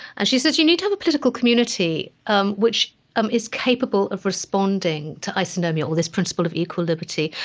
and she says you need to have a political community um which um is capable of responding to isonomia, or this principle of equal liberty.